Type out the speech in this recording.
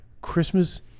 Christmas